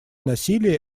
насилие